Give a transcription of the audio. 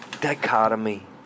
dichotomy